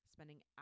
Spending